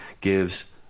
gives